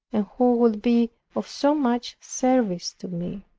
and who would be of so much service to me.